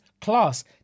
class